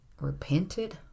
repented